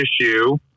issue